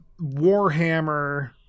Warhammer